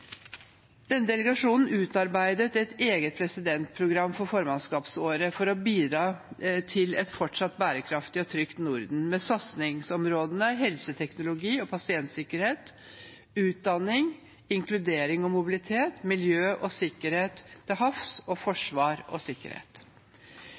Denne delegasjonen utarbeidet et eget presidentprogram for formannskapsåret for å bidra til et fortsatt bærekraftig og trygt Norden, med satsingsområdene helseteknologi og pasientsikkerhet, utdanning, inkludering og mobilitet, miljø og sikkerhet til havs og